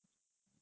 ya